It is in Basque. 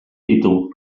ditu